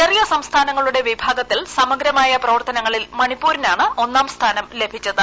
ചെറിയ സംസ്ഥാനങ്ങളുടെ വിഭാഗത്തിൽ സമഗ്രമായ പ്രവർത്തനങ്ങളിൽ മണിപ്പൂരിനാണ് ഒന്നാം സ്ഥാനം ലഭിച്ചത്